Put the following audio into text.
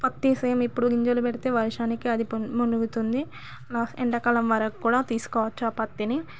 పత్తి సేమ్ ఇప్పుడు గింజలు పెడితే వర్షానికి అది పొంగ్ మునుగుతుంది ఎండాకాలం వరకు కూడా తీసుకోచ్చు ఆ పత్తిని